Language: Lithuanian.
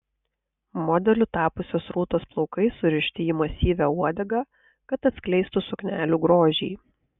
modeliu tapusios rūtos plaukai surišti į masyvią uodegą kad atskleistų suknelių grožį